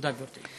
תודה, גברתי.